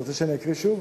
אתה רוצה שאני אקריא שוב?